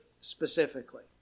specifically